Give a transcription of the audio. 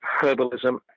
herbalism